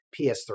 PS3